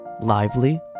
lively